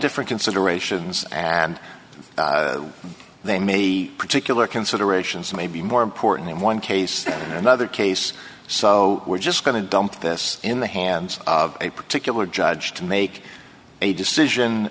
different considerations and they may be particular considerations may be more important in one case another case so we're just going to dump this in the hands of a particular judge to make a decision